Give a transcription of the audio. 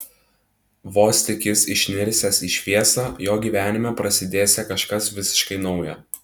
vos tik jis išnirsiąs į šviesą jo gyvenime prasidėsią kažkas visiškai nauja